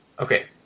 Okay